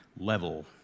level